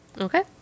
Okay